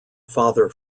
father